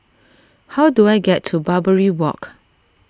how do I get to Barbary Walk